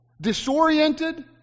disoriented